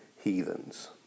heathens